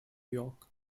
york